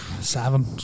Seven